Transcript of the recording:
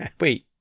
wait